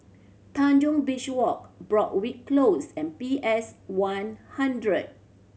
Tanjong Beach Walk Broadrick Close and P S One hundred